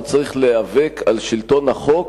הוא צריך להיאבק על שלטון החוק